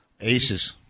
Aces